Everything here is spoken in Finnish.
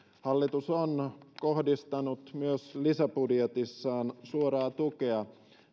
hallitus on kohdistanut myös lisäbudjetissaan suoraa tukea